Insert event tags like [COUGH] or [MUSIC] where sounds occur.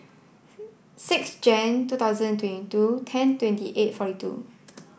[NOISE] six Jane two thousand twenty two ten twenty eight forty two